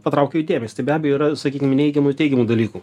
patraukia jų dėmesį tai be abejo yra sakykim i neigiamų i teigiamų dalykų